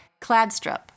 Cladstrup